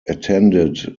attended